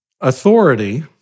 Authority